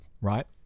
right